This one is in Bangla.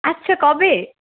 আচ্ছা কবে